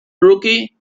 rookie